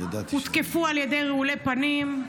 הותקפו על ידי רעולי פנים,